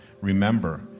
remember